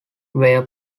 were